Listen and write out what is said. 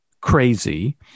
crazy